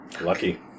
Lucky